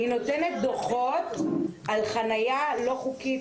היא נותנת דוחות על חניה לא-חוקית,